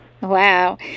Wow